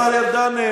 השר ארדן,